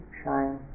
shine